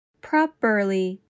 properly